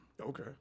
Okay